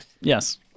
Yes